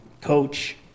coach